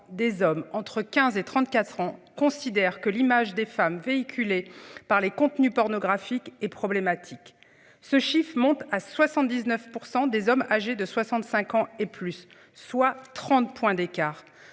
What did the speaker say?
des hommes entre 15 et 34 ans, considère que l'image des femmes véhiculée par les contenus pornographiques est problématique, ce chiffre monte à 79% des hommes âgés de 65 ans et plus, soit 30 points d'écart.